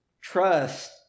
Trust